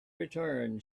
return